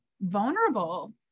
vulnerable